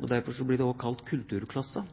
og derfor blir det da også kalt «kulturklassen».